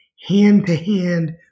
hand-to-hand